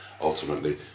ultimately